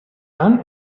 han